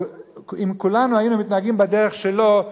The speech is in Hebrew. אם כולנו היינו מתנהגים בדרך שלו,